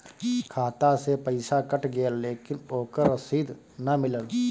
खाता से पइसा कट गेलऽ लेकिन ओकर रशिद न मिलल?